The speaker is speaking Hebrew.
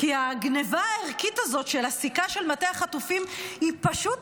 כי הגנבה הערכית הזאת של הסיכה של מטה החטופים היא פשוט